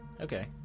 Okay